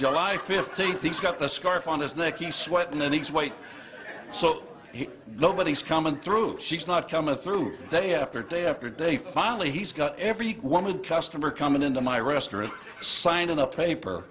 july fifth take these got the scarf on his neck you sweat and then he's white so nobody's coming through she's not coming through day after day after day finally he's got every one with customer coming into my restaurant sign in the paper